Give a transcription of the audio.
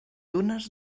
dunes